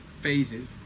phases